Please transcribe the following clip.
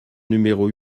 numéro